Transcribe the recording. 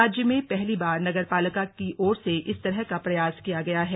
राज्य में पहली बार नगर पालिका की ओर से इस तरह का प्रयास किया गया है